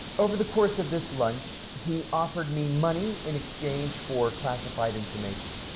over the course of this lunch, he offered me money in exchange for classified information.